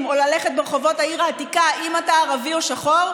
או ללכת ברחובות העיר העתיקה אם אתה ערבי או שחור,